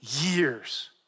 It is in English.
years